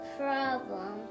problem